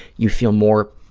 you feel more,